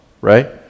right